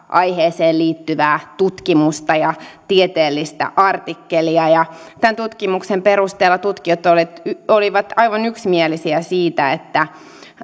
aiheeseen liittyvää tutkimusta ja tieteellistä artikkelia ja tämän tutkimuksen perusteella tutkijat olivat aivan yksimielisiä siitä että